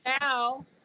Now